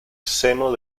seno